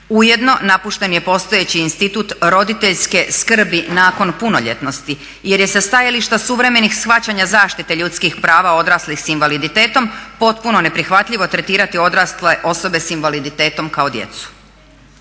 Ujedno, napušten je postojeći institut roditeljske skrbi nakon punoljetnosti jer je sa stajališta suvremenih shvaćanja zaštite ljudskih prava odraslih s invaliditetom potpuno neprihvatljivo tretirati odrasle osobe s invaliditetom kao djecu.